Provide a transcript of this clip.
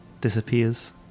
disappears